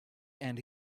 and